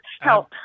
help